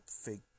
fake